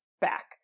back